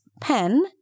pen